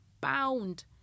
bound